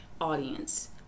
audience